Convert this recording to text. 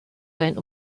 sein